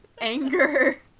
anger